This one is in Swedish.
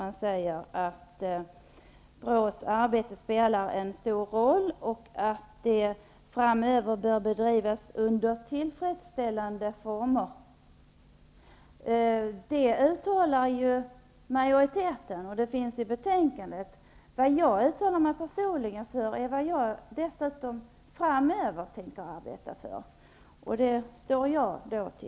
Man säger att BRÅ:s arbete spelar en stor roll och att det bör bedrivas under tillfredsställande former. Så uttalar sig majoriteten. Det står att läsa i betänkandet. Jag uttalar mig personligen om vad jag framöver tänker arbeta för, och det står jag för.